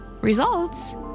Results